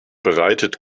bereitet